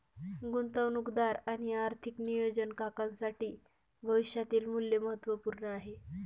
गुंतवणूकदार आणि आर्थिक नियोजन काकांसाठी भविष्यातील मूल्य महत्त्वपूर्ण आहे